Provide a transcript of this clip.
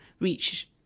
reach